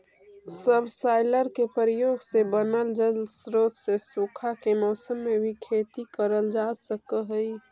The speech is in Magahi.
सबसॉइलर के प्रयोग से बनल जलस्रोत से सूखा के मौसम में भी खेती करल जा सकऽ हई